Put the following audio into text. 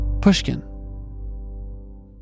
Pushkin